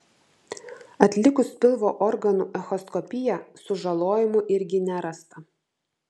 atlikus pilvo organų echoskopiją sužalojimų irgi nerasta